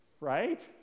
right